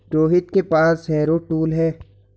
रोहित के पास harrow tool है